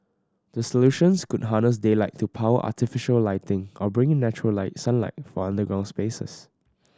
the solutions could harness daylight to power artificial lighting or bring in natural sunlight for underground spaces